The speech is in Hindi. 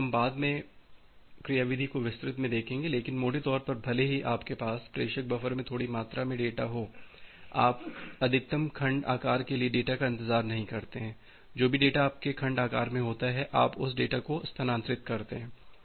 इसलिए हम बाद में हम क्रियाविधि को विस्तृत में देखेंगे लेकिन मोटे तौर पर भले ही आपके पास प्रेषक बफर में थोड़ी मात्रा में डेटा हो आप अधिकतम खंड आकार के लिए डेटा का इंतजार नहीं करते हैं जो भी डेटा आपके खंड आकार में होता है आप उस डेटा को स्थानांतरित करते हैं